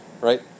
right